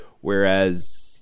Whereas